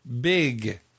big